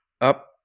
up